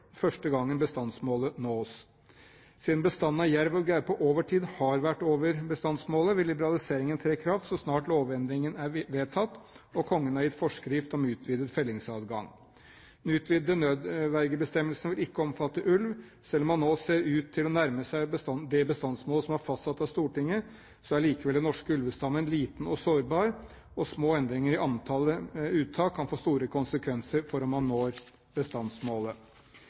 jerv og gaupe over tid har vært over bestandsmålet, vil liberaliseringen tre i kraft så snart lovendringen er vedtatt og Kongen har gitt forskrift om utvidet fellingsadgang. Den utvidede nødvergebestemmelsen vil ikke omfatte ulv. Selv om man nå ser ut til å nærme seg det bestandsmålet som er fastsatt av Stortinget, er likevel den norske ulvestammen liten og sårbar, og små endringer i antallet uttak kan få store konsekvenser for om man når bestandsmålet.